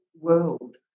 world